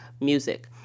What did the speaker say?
music